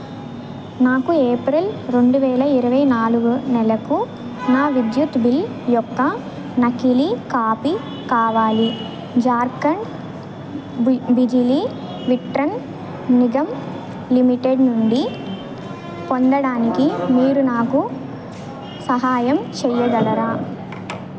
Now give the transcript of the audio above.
నాకు ఏప్రిల్ రెండు వేల ఇరవై నాలుగు నెలకు నా విద్యుత్ బిల్ యొక్క నకిలీ కాపీ కావాలి జార్ఖండ్ బి బిజిలీ విట్రన్ నిగమ్ లిమిటెడ్ నుండి పొందడానికి మీరు నాకు సహాయం చేయగలరా